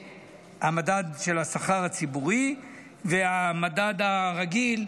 יהיה המדד של השכר הציבורי והמדד הרגיל,